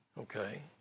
okay